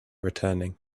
returning